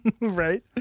Right